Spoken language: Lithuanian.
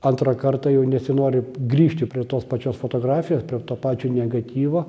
antrą kartą jau nesinori grįžti prie tos pačios fotografijos prie to pačio negatyvo